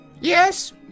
Yes